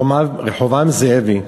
רחבעם זאבי,